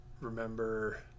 remember